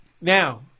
Now